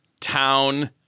town